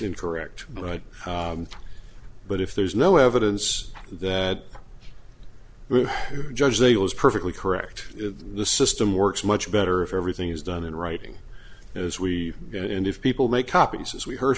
incorrect but if there's no evidence that judge they was perfectly correct the system works much better if everything is done in writing as we go and if people make copies as we he